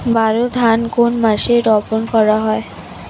বোরো ধান কোন মাসে রোপণ করা হয়?